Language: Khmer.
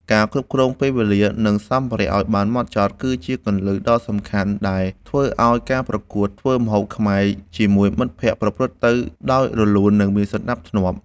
ការគ្រប់គ្រងពេលវេលា និងសម្ភារៈឱ្យបានហ្មត់ចត់ គឺជាគន្លឹះដ៏សំខាន់ដែលធ្វើឱ្យការប្រកួតធ្វើម្ហូបខ្មែរជាមួយមិត្តភក្តិប្រព្រឹត្តទៅដោយរលូន និងមានសណ្ដាប់ធ្នាប់។